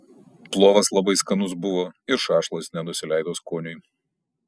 plovas labai skanus buvo ir šašlas nenusileido skoniui